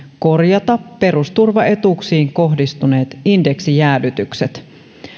korjata perusturvaetuuksiin kohdistuneet indeksijäädytykset